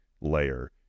layer